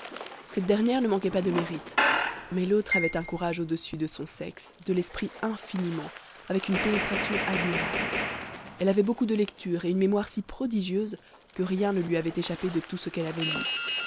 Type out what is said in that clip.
cette dernière ne manquait pas de mérite mais l'autre avait un courage au-dessus de son sexe de l'esprit infiniment avec une pénétration admirable elle avait beaucoup de lecture et une mémoire si prodigieuse que rien ne lui avait échappé de tout ce qu'elle avait lu